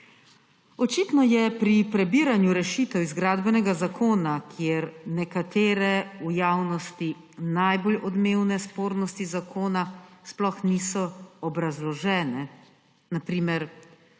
Očitno je tudi pri prebiranju rešitev iz gradbenega zakona, kjer nekatere v javnosti najbolj odmevne spornosti zakona sploh niso obrazložene, na primer